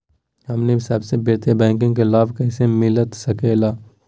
हमनी सबके वित्तीय बैंकिंग के लाभ कैसे मिलता सके ला?